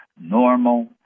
normal